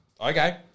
Okay